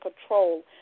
control